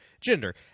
gender